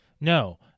No